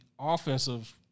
offensive